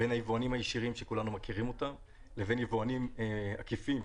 בין היבואנים הישירים לבין יבואנים עקיפים,